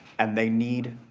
and they need,